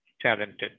talented